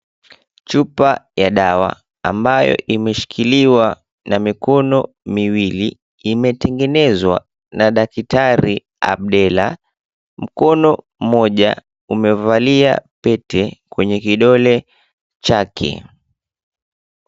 Chupa ya dawa ambayo imeshikiliwa na mikono miwili, imetengenezwa na daktari Abdalla. Mkono mmoja umevalia pete kwenye kidole chake.